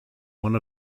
one